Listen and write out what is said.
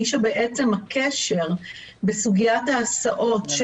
בסוגיית ההסעות,